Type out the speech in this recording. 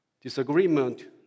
disagreement